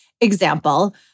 example